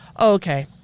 Okay